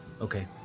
Okay